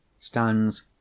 stands